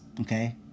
okay